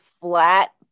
flat